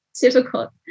difficult